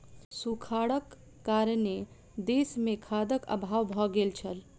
सूखाड़क कारणेँ देस मे खाद्यक अभाव भ गेल छल